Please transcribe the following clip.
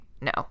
No